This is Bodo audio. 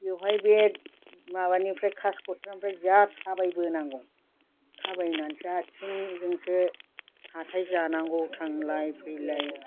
बेवहाय बे माबानिफ्राय कासखथ्रानिफ्राय जा थाबायबोनांगौ थाबायनानैसो आथिंजोंसो हाथाय जानांगौ थांलाय फैलाय